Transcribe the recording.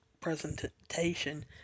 presentation